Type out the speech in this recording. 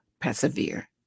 persevere